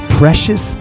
precious